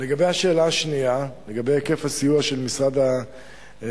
לגבי השאלה השנייה על היקף הסיוע שמשרד התמ"ת